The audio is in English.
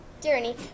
journey